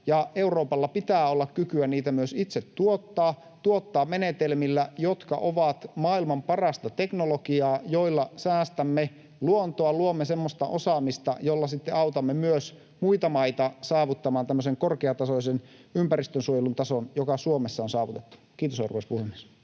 Euroopalla pitää olla kykyä niitä myös itse tuottaa menetelmillä, jotka ovat maailman parasta teknologiaa, joilla säästämme luontoa, luomme semmoista osaamista, jolla sitten autamme myös muita maita saavuttamaan tämmöisen korkeatasoisen ympäristönsuojelun tason, joka Suomessa on saavutettu. — Kiitos, arvoisa puhemies.